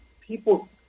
people